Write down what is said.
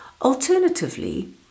Alternatively